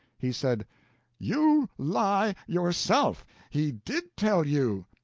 he said you lie yourself. he did tell you!